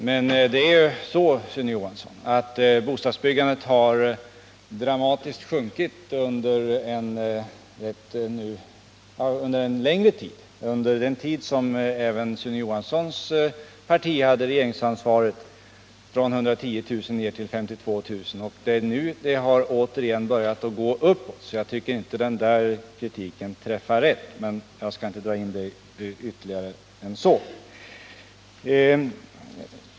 Men det är så, Sune Johansson, att bostadsbyggandet dramatiskt har sjunkit under en längre tid — under vilken även Sune Johanssons parti haft regeringsansvaret — från 110 000 till 52 000 lägenheter per år. Nu har det dock börjat gå uppåt igen. Jag tycker därför inte att denna kritik träffar rätt. Jag skall inte gå längre än så i den frågan.